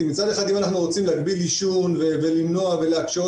כי מצד אחד אם אנחנו רוצים להגביל עישון ולמנוע ולהקשות,